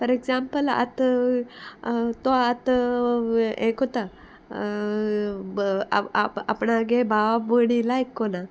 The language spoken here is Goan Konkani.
फॉर एग्जाम्पल आतां तो आतां हें कोत्ता आपणागे भाव भोयणी लायक कोन्ना